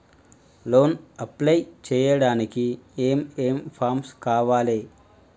Loan apply చేయడానికి ఏం ఏం ఫామ్స్ కావాలే?